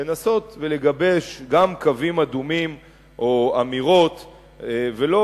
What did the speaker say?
לנסות ולגבש גם קווים אדומים או אמירות ולא